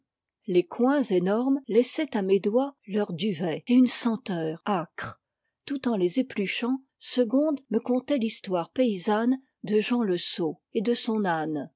les coings énormes laissaient à mes doigts leur duvet et une senteur âcre tout en les épluchant ségonde me contait l'histoire paysanne de jean le sot et de son âne